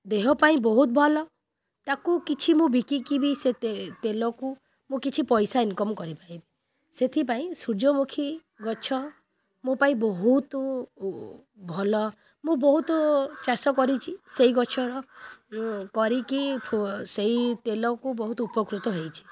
ଦେହ ପାଇଁ ବହୁତ ଭଲ ତାକୁ କିଛି ମୁଁ ବିକିକି ବି ସେ ତେଲକୁ ମୁଁ କିଛି ପଇସା ଇନ୍କମ୍ କରିପାରିବି ସେଥିପାଇଁ ସୂର୍ଯ୍ୟମୁଖୀ ଗଛ ମୋ ପାଇଁ ବହୁତ ଭଲ ମୁଁ ବହୁତ ଚାଷ କରିଛି ସେଇ ଗଛର କରିକି ସେଇ ତେଲକୁ ବହୁତ ଉପକୃତ ହେଇଛି